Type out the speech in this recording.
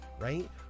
right